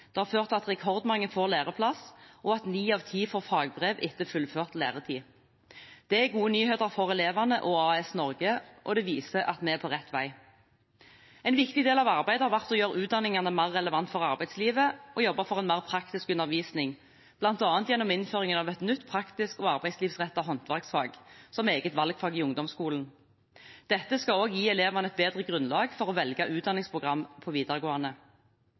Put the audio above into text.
Det har ført til at rekordmange får læreplass og at ni av ti får fagbrev etter fullført læretid. Det er gode nyheter for elevene og AS Norge, og det viser at vi er på rett vei. En viktig del av arbeidet har vært å gjøre utdanningene mer relevante for arbeidslivet og jobbe for en mer praktisk undervisning, bl.a. gjennom innføringen av et nytt, praktisk og arbeidslivsrettet håndverksfag som eget valgfag i ungdomsskolen. Dette skal også gi elevene et bedre grunnlag for å velge utdanningsprogram på videregående.